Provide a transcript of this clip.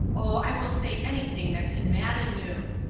oh, i will say anything that can madden you!